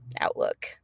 Outlook